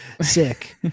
Sick